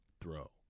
throw